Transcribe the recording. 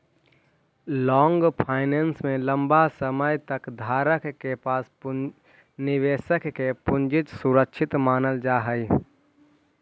long finance में लंबा समय तक धारक के पास निवेशक के पूंजी सुरक्षित मानल जा हई